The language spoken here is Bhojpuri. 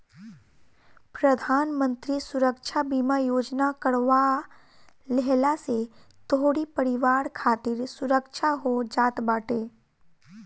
प्रधानमंत्री सुरक्षा बीमा योजना करवा लेहला से तोहरी परिवार खातिर सुरक्षा हो जात बाटे